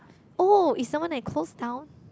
oh is someone that close down